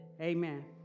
amen